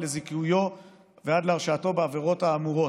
לזיכויו או עד להרשעתו בעבירות האמורות.